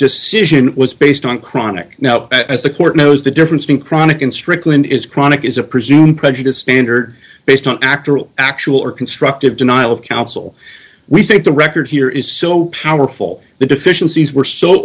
decision was based on chronic now as the court knows the difference in chronic and strickland is chronic is a presumed prejudice standard based on actual actual or constructive denial of counsel we think the record here is so powerful the deficiencies were so